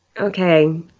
okay